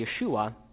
Yeshua